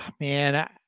Man